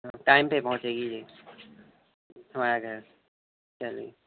time پہ ہی پہنچے گی جی ہمارے گھر چلیے